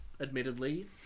admittedly